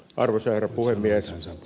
arvoisa herra puhemies